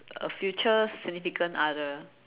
a future significant other